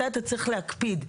מתי אתה צריך להקפיד.